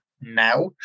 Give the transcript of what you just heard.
now